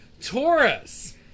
Taurus